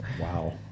Wow